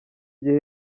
gihe